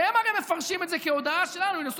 והם הרי מפרשים את זה כהודאה שלנו: הינה,